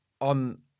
on